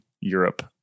Europe